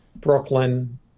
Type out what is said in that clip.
Brooklyn